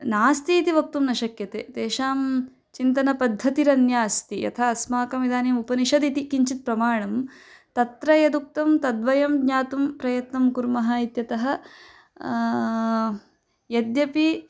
नास्ति इति वक्तुं न शक्यते तेषां चिन्तनपद्धतिरन्या अस्ति यथा अस्माकम् इदानीम् उपनिषदिति किञ्चित् प्रमाणं तत्र यदुक्तं तद्वयं ज्ञातुं प्रयत्नं कुर्मः इत्यतः यद्यपि